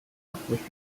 was